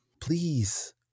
Please